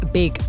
big